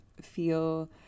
feel